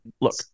Look